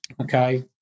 Okay